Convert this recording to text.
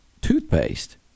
toothpaste